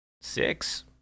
Six